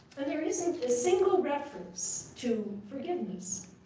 and there isn't a single reference to forgiveness,